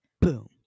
Boom